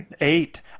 Eight